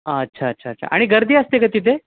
अच्छा अच्छा अच्छा आणि गर्दी असते का तिथे